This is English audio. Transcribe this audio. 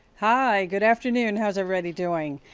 hi, good afternoon, how is everybody doing?